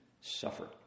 suffer